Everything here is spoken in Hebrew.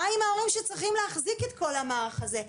מה עם ההורים שצריכים להחזיק את כל המערך הזה?